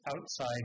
outside